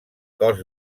cos